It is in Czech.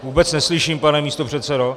Vůbec neslyším, pane místopředsedo.